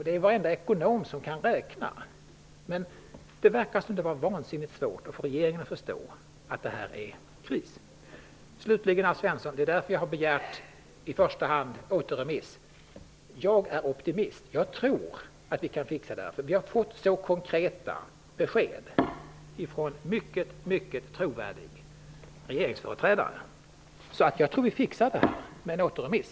Det är varenda ekonom som kan räkna. Det verkar vara vansinnigt svårt att få regeringen att förstå att det är kris. Slutligen, Alf Svensson, vill jag säga att jag i första hand har begärt återremiss därför att jag är optimist. Jag tror att vi kan fixa detta. Vi har nämligen fått konkreta besked från en mycket trovärdig regeringsföreträdare. Jag tror alltså att vi fixar detta med en återremiss.